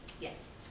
Yes